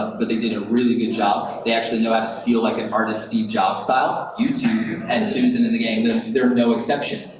ah but they did a really good job. they actually know how to steal like an artist steve jobs style. youtube and susan and the gang, they're no exception.